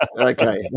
Okay